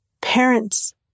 Parents